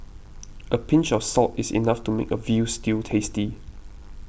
a pinch of salt is enough to make a Veal Stew tasty